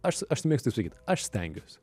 aš aš tai mėgstu taip sakyt aš stengiuosi